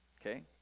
okay